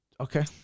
Okay